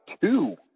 two